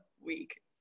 week